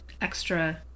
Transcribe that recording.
extra